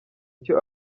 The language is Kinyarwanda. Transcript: icyo